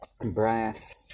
brass